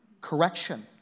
correction